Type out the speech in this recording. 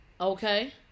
Okay